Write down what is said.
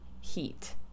heat